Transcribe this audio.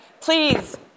please